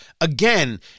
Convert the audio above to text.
Again